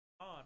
on